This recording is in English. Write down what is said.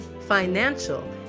financial